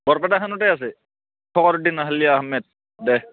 বৰপেটাখনতে আছে ফকৰুদ্দিন আলি আহমেদ দে